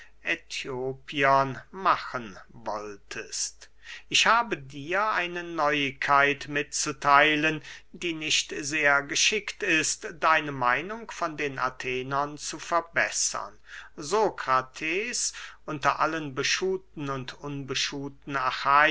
machen wolltest ich habe dir eine neuigkeit mitzutheilen die nicht sehr geschickt ist deine meinung von den athenern zu verbessern sokrates unter allen beschuhten und